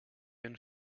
een